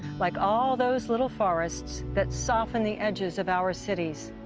like all those little forests that soften the edges of our cities.